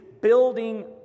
building